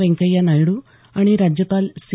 व्यंकय्या नायडू राज्यपाल सी